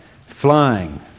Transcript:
flying